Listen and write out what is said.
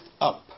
up